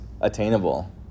attainable